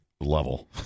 level